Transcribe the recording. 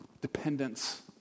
Dependence